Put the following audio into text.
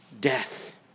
death